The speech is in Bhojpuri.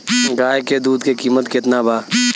गाय के दूध के कीमत केतना बा?